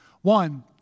One